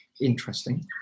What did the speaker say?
interesting